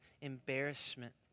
embarrassment